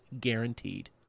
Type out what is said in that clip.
guaranteed